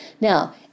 Now